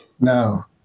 No